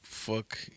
Fuck